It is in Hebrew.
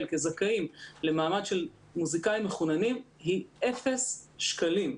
כזכאים למעמד של מוזיקאים מחוננים היא אפס שקלים.